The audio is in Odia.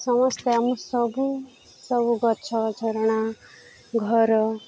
ସମସ୍ତେ ଆମ ସବୁ ସବୁ ଗଛ ଝରଣା ଘର